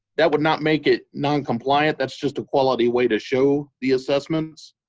that would not make it noncompliant. that's just a quality way to show the assessments.